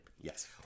Yes